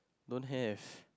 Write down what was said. don't have